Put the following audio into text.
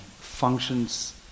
functions